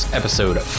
episode